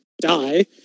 die